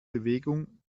bewegung